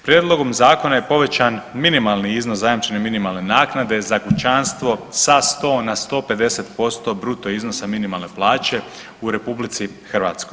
Prijedlogom zakona je povećan minimalni iznos zajamčene minimalne naknade za kućanstvo sa 100 na 150% bruto iznosa minimalne plaće u RH.